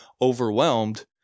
overwhelmed